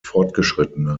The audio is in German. fortgeschrittene